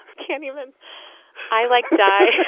can't even i like dice,